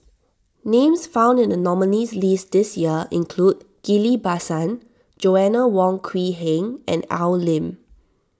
names found in the nominees' list this year include Ghillie Basan Joanna Wong Quee Heng and Al Lim